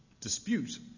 dispute